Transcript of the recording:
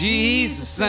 Jesus